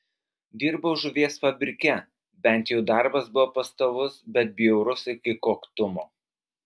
dirbau žuvies fabrike bent jau darbas buvo pastovus bet bjaurus iki koktumo